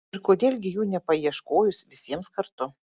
ir kodėl gi jų nepaieškojus visiems kartu